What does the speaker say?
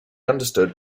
understood